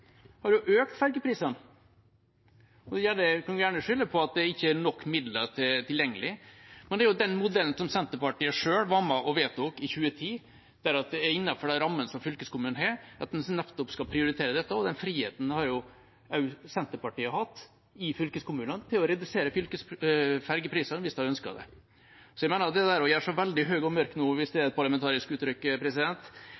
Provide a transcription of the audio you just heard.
har jo økt ferjeprisene. En kan gjerne skylde på at det ikke er nok midler tilgjengelig, men det er jo den modellen som Senterpartiet selv var med og vedtok i 2010. Det er innenfor den rammen som fylkeskommunene har, at en skal prioritere dette, og den friheten har jo også Senterpartiet hatt i fylkeskommunene til å redusere ferjeprisene, hvis de ønsker det. Så jeg mener at det å gjøre seg så veldig høy og mørk nå – hvis det